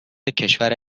کشور